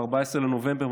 ב-14 בנובמבר,